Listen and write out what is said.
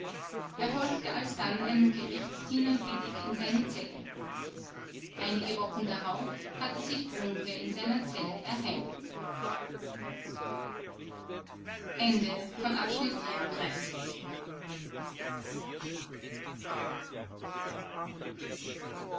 er folgte alsdann einem gerichtsdiener willig in seine zelle einige wochen darauf hatte sich brunke in seiner zelle erhängt